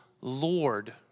Lord